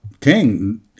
king